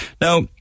Now